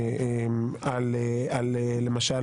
למשל,